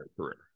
career